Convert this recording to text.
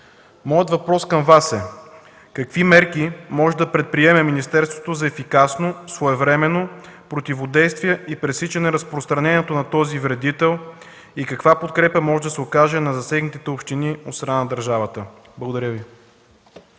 Въпросът ми към Вас е: какви мерки може да предприеме министерството за ефикасно, своевременно противодействие и пресичане разпространението на този вредител и каква подкрепа може да се окаже на засегнатите общини от страна на държавата? Благодаря Ви.